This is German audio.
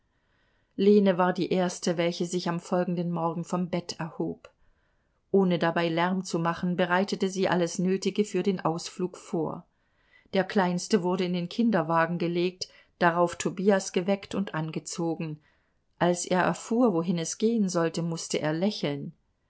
war die erste welche sich am folgenden morgen vom bett erhob ohne dabei lärm zu machen bereitete sie alles nötige für den ausflug vor der kleinste wurde in den kinderwagen gelegt darauf tobias geweckt und angezogen als er erfuhr wohin es gehen sollte mußte er lächeln